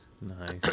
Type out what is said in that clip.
Nice